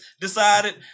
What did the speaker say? decided